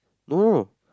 no